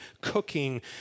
cooking